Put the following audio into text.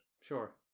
Sure